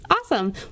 Awesome